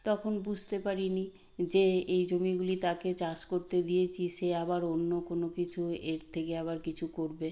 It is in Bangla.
তখন বুঝতে পারি নি যে এই জমিগুলি তাকে চাষ করতে দিয়েছি সে আবার অন্য কোনো কিছু এর থেকে আবার কিছু করবে